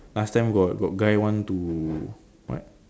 last time got got guy want to what